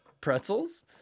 pretzels